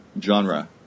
genre